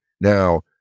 Now